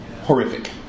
horrific